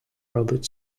robert